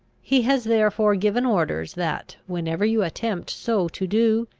he has therefore given orders that, whenever you attempt so to do,